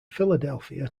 philadelphia